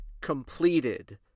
completed